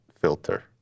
filter